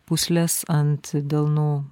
pūsles ant delnų